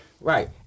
right